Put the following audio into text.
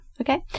Okay